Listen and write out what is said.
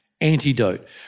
antidote